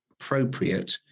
appropriate